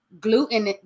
Gluten